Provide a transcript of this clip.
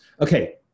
Okay